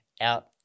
out